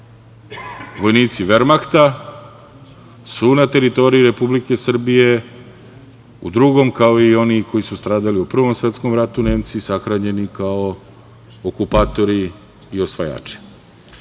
Vojnici Vermahta su na teritoriji Republike Srbije u Drugom, kao i oni koji su stradali u Prvom svetskom ratu, Nemci sahranjeni kao okupatori i osvajači. Jako